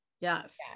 Yes